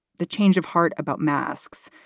the change of heart about masks,